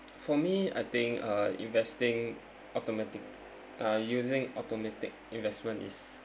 for me I think uh investing automatic uh using automatic investment is